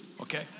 okay